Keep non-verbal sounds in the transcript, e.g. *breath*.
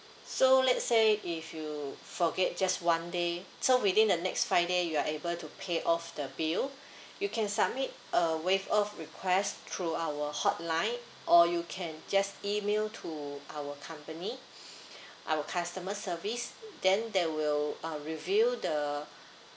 so let's say if you forget just one day so within the next five day you are able to pay off the bill you can submit a waive off request through our hotline or you can just email to our company *breath* our customer service then they will uh review the